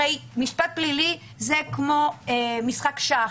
הרי משפט פלילי זה כמו משחק שח.